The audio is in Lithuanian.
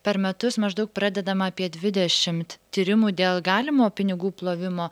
per metus maždaug pradedama apie dvidešimt tyrimų dėl galimo pinigų plovimo